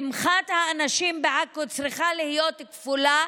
שמחת האנשים בעכו צריכה להיות כפולה,